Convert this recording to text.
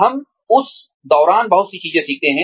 हम उस दौरान बहुत सी चीजें सीखते हैं